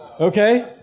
Okay